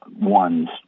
ones